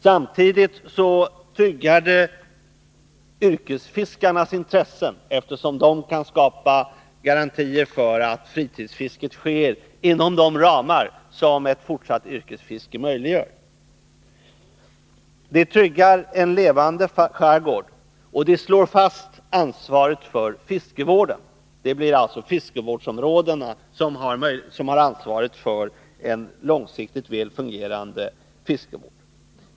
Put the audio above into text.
Samtidigt tryggar det yrkesfiskarnas intressen, eftersom de kan skapa garantier för att fritidsfisket sker inom de ramar som ett fortsatt yrkesfiske möjliggör. Det tryggar en levande skärgård, och det slår fast ansvaret för fiskevården. Det blir alltså fiskevårdsområdena som har ansvaret för en långsiktigt väl fungerande fiskevård.